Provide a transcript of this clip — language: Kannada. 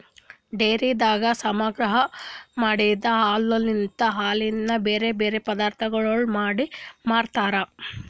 ಡೈರಿದಾಗ ಸಂಗ್ರಹ ಮಾಡಿದ್ ಹಾಲಲಿಂತ್ ಹಾಲಿನ ಬ್ಯಾರೆ ಬ್ಯಾರೆ ಪದಾರ್ಥಗೊಳ್ ಮಾಡಿ ಮಾರ್ತಾರ್